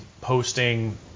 posting